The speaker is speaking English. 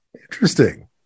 Interesting